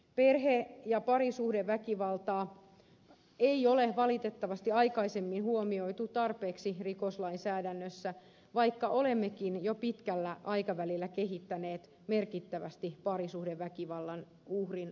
perhe ja parisuhdeväkivaltaa ei ole valitettavasti aikaisemmin huomioitu tarpeeksi rikoslainsäädännössä vaikka olemmekin jo pitkällä aikavälillä kehittäneet merkittävästi parisuhdeväkivallan uhrin asemaa